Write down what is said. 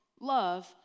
love